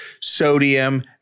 sodium